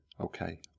Okay